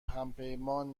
همپیمان